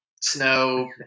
Snow